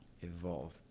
evolve